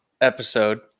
episode